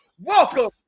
Welcome